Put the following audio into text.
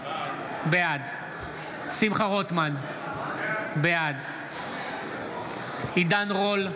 בעד שמחה רוטמן, בעד עידן רול,